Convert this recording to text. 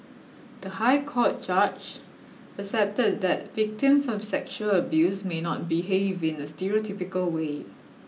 the High Court judge accepted that victims of sexual abuse may not behave in a stereotypical way